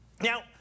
Now